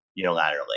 unilaterally